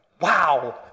wow